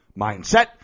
Mindset